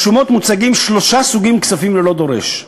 ברשומות מוצגים שלושה סוגי כספים ללא דורש: